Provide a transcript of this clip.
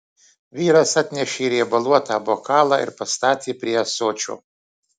vyras atnešė riebaluotą bokalą ir pastatė prie ąsočio